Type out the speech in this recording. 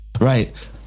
Right